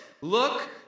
look